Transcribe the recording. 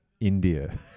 india